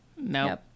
No